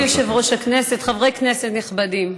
אדוני יושב-ראש הישיבה, חברי כנסת נכבדים,